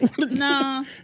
no